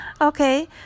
okay